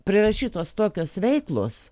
prirašytos tokios veiklos